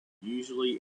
usually